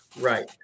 right